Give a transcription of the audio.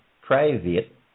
private